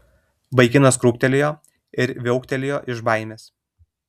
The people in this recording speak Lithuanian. vaikinas krūptelėjo ir viauktelėjo iš baimės